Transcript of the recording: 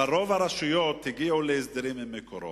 אבל רוב הרשויות הגיעו להסדרים עם "מקורות".